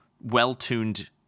well-tuned